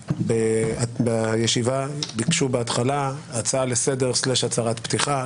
בישיבה ביקשו בהתחלה הצעה לסדר/הצהרת פתיחה.